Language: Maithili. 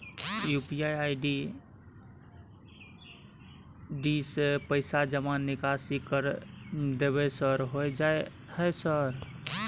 यु.पी.आई आई.डी से पैसा जमा निकासी कर देबै सर होय जाय है सर?